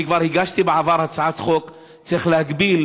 אני כבר הגשתי בעבר הצעת חוק: צריך להגביל